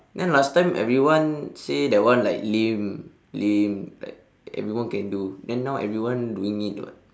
then last time everyone say that one like lame lame like everyone can do then now everyone doing it [what]